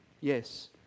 Yes